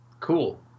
Cool